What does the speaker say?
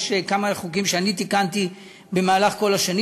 יש כמה חוקים שאני תיקנתי במשך כל השנים.